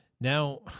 now